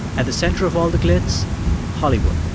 at the center of all the glitz hollywood.